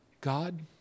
God